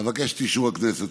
אבקש את אישור הכנסת.